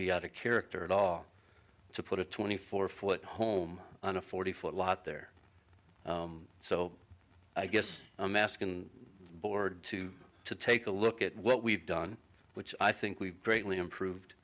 be out of character at all to put a twenty four foot home on a forty foot lot there so i guess i'm asking board to take a look at what we've done which i think we greatly improved